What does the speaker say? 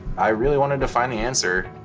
i really wanted to find the answer.